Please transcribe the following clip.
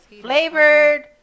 flavored